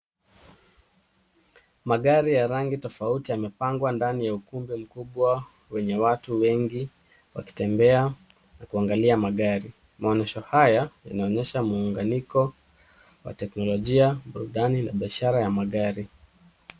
Magari ya rangi tofauti yamepangwa ndani ya ukumbi mkubwa wenye watu wengi wakitembea na kuangalia magari. Maonyesho haya yanaonyesha muunganiko wa teknolojia, burudani na biashara ya magari.